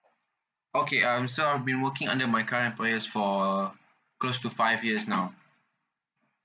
okay um so I've been working under my current employer for close to five years now